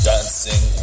Dancing